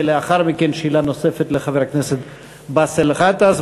ולאחר מכן שאלה נוספת לחבר הכנסת באסל גטאס.